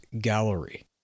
gallery